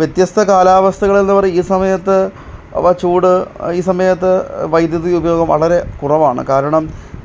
വ്യത്യസ്ത കാലാവസ്ഥകളെന്ന് പറയു ഈ സമയത്ത് അവ ചൂട് ഈ സമയത്ത് വൈദ്യുതി ഉപയോഗം വളരെ കുറവാണ് കാരണം